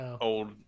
old